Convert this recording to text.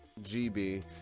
GB